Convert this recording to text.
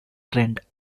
trend